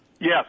yes